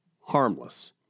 Harmless